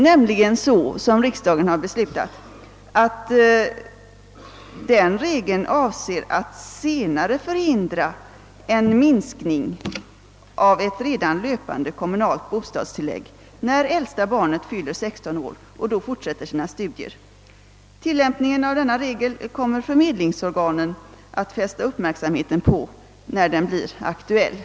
Riksdagen har nämligen beslutat denna regel i syfte att förhindra en senare minskning av ett redan utgående kommunalt bostadstillägg när äldsta barnet fyller 16 år men fortsätter sina studier. Tillämpningen av denna regel kommer förmedlingsorganen att fästa uppmärksamheten på när det blir aktuellt.